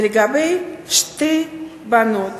ולגבי שתי הבנות